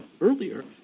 earlier